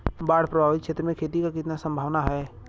बाढ़ प्रभावित क्षेत्र में खेती क कितना सम्भावना हैं?